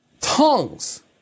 tongues